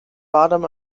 bottom